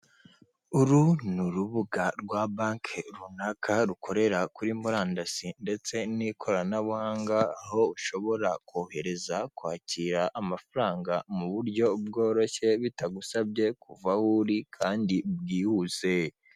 Uru ni urubuga rwa banki runaka rukorera kuri murandasi ndetse n'ikoranabuhanga, aho ushobora kohereza kwakira amafaranga mu buryo bworoshye bitagusabye kuva wu uri kandi bwihuse.